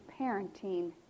parenting